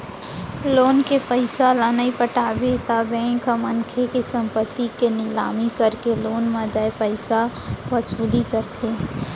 loan के पइसा ल नइ पटाबे त बेंक ह मनसे के संपत्ति के निलामी करके लोन म देय पइसाके वसूली करथे